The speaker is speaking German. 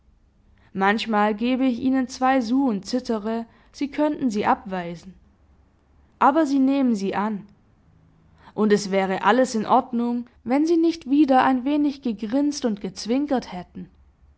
manchmal gebe ich ihnen zwei sous und zittere sie könnten sie abweisen aber sie nehmen sie an und es wäre alles in ordnung wenn sie nicht wieder ein wenig gegrinst und gezwinkert hätten